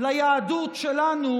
ליהדות שלנו,